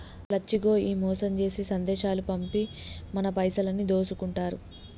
లచ్చిగో ఈ మోసం జేసే సందేశాలు పంపి మన పైసలన్నీ దోసుకుంటారు